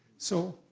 so.